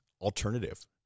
alternative